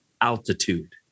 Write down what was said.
altitude